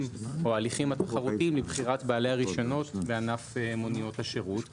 או ההליכים התחרותיים לבחירת בעלי הרישיונות בענף מוניות השירות.